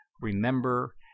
remember